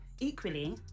Equally